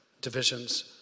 divisions